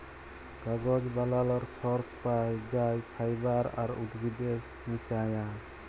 কাগজ বালালর সর্স পাই যাই ফাইবার আর উদ্ভিদের মিশায়া